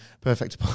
perfect